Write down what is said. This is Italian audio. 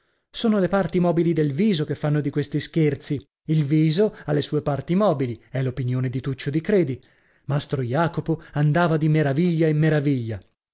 sono le parti mobili del viso che fanno di questi scherzi il viso ha le sue parti mobili è l'opinione di tuccio di credi mastro jacopo andava di meraviglia in meraviglia